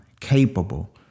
capable